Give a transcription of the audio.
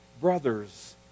brothers